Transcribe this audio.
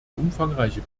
umfangreiche